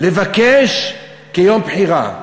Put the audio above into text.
לבקש יום בחירה?